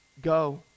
Go